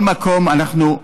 בכל מקום אנחנו,